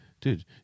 Dude